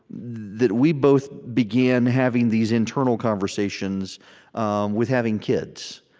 that we both began having these internal conversations um with having kids.